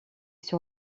sur